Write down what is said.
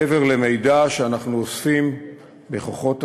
מעבר למידע שאנחנו אוספים בכוחות עצמנו,